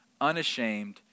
unashamed